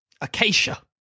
Acacia